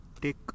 take